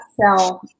sell